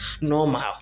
normal